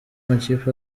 amakipe